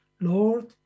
Lord